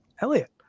Elliot